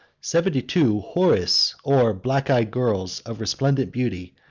seventy-two houris, or black-eyed girls, of resplendent beauty,